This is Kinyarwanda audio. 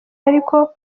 ariko